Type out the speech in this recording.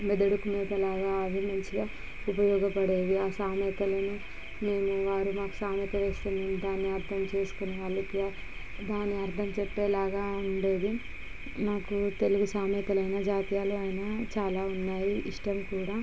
మెదడుకిమేతలాగా అవి మంచిగా ఉపయోగపడేవి ఆ సామెతలను మేము వారు మాకు సామెతలు వేస్తూ ఉంటే దాన్ని అర్ధం చేసుకుని వాళ్ళకి దాని అర్ధం చెప్పలాగా ఉండేది నాకు తెలుగు సామెతలైనా జాతీయాలైన చాలా ఉన్నాయి ఇష్టం కూడా